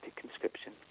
conscription